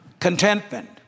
Contentment